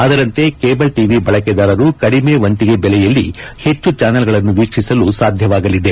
ಅದರಂತೆ cable TV ಬಳಕೆದಾರರು ಕಡಿಮೆ ವಂತಿಗೆ ಬೆಲೆಯಲ್ಲಿ ಹೆಚ್ಚು ಚಾನಲ್ಗಳನ್ನು ವೀಕ್ಷಿಸಲು ಸಾಧ್ಯವಾಗಲಿದೆ